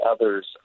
others